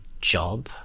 job